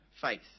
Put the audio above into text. faith